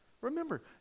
remember